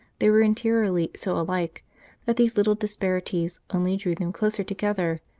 they were interiorily so alike that these little disparities only drew them closer together,